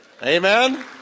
amen